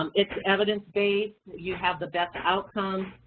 um it's evidence-based, you have the best outcome,